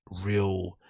real